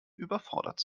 überfordert